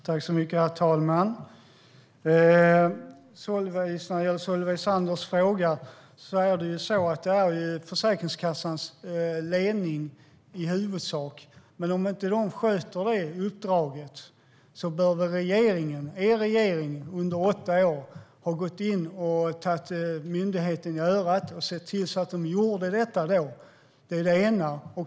Herr talman! När det gäller Solveig Zanders fråga är det Försäkringskassans ledning som i huvudsak har ansvaret. Men om man inte har skött det uppdraget borde väl er regering som satt under åtta år ha gått in och tagit myndigheten i örat för att se till att man gjorde detta. Det är det ena.